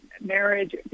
marriage